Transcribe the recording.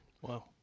Wow